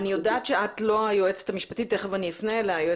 אני יודעת שאת לא היועצת המשפטית ותכף אני אפנה אליה.